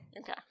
Okay